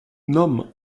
nomme